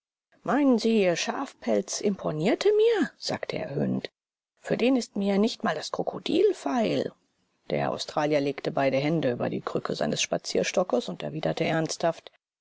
meinen sie ihr schafpelz imponierte mir fragte er höhnend für den ist mir nicht mal das krokodil feil der australier legte beide hände über die krücke seines spazierstockes und erwiderte ernsthaft